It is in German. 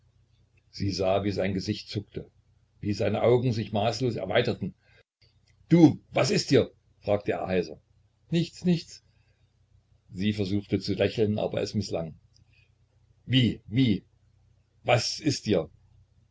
sie sah wie sein gesicht zuckte wie seine augen sich maßlos erweiterten du was ist dir fragte er heiser nichts nichts sie versuchte zu lächeln aber es mißlang wie wie was ist dir